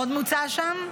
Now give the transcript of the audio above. עוד מוצע שם,